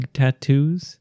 tattoos